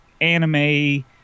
anime